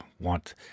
want